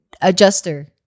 adjuster